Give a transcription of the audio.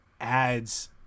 adds